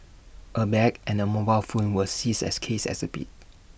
A bag and A mobile phone were seized as case exhibits